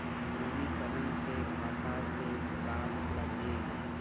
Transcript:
नवीनीकरण से खाता से का मतलब हे?